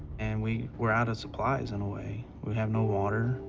and we were out of supplies, in a way. we have no water.